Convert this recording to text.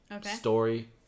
story